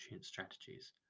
strategies